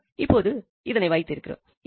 சரி இப்பொழுது இதனை வைத்திருக்கிறோம்